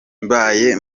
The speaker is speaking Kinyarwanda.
mbaye